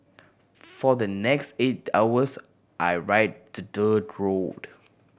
for the next eight hours I ride the dirt road